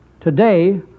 Today